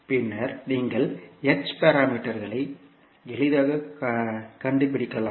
பின்னர் நீங்கள் h பாராமீட்டர்களை எளிதாக கண்டுபிடிக்கலாம்